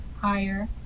higher